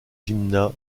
gmina